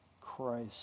Christ